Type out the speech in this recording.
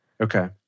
Okay